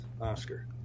Oscar